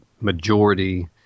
majority